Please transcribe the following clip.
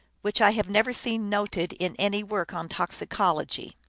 which i have never seen noted in any work on toxicology.